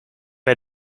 bij